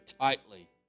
tightly